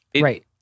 Right